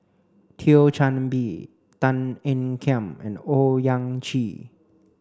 Thio Chan Bee Tan Ean Kiam and Owyang Chi